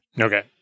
Okay